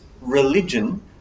religion